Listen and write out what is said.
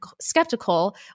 skeptical